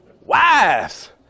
Wives